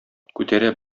күтәрә